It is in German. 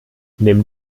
nimm